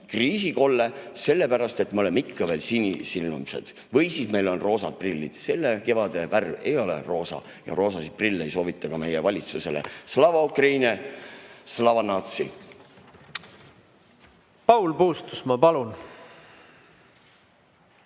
kriisikolle, sellepärast et me oleme ikka veel sinisilmsed või siis meil on roosad prillid. Selle kevade värv ei ole roosa ja roosasid prille ei soovita ka meie valitsusele. Slava Ukraini! Slava natsii! Paul Puustusmaa, palun!